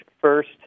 first